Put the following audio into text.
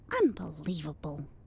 Unbelievable